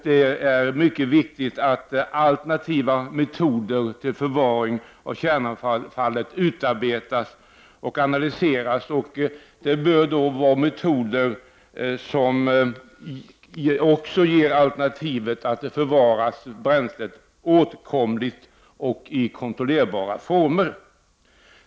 Det är mycket viktigt att alternativa metoder till förvaring av kärnavfallet utarbetas och analyseras. Dessa metoder bör göra det möjligt att förvara bränslet åtkomligt och i kontrollerbara former.